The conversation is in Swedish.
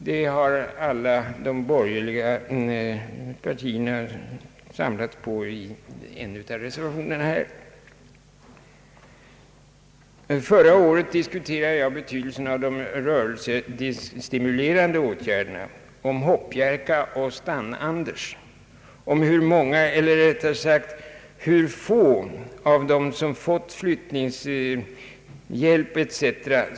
Det har alla de borgerliga partierna tagit fasta på i en av reservationerna. Förra året diskuterade jag betydel sen av de rörelsestimulerande åtgärderna, om »hoppjerka» och »stannanders», om hur många eller rättare sagt hur få av dem som fått flyttningshjälp etc.